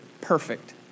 perfect